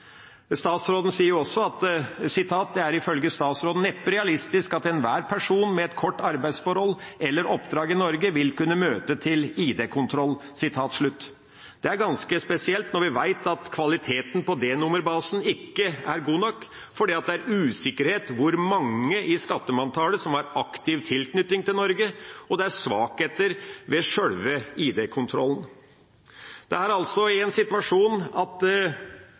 også at «det neppe er realistisk at enhver person med et kort arbeidsforhold eller oppdrag i Norge vil kunne møte til id-kontroll». Det er ganske spesielt, når vi vet at kvaliteten på D-nummerbasen ikke er god nok, for det er usikkerhet om hvor mange i skattemanntallet som har aktiv tilknytning til Norge, og det er svakheter ved sjølve ID-kontrollen. Dette er altså en situasjon